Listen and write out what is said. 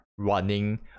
running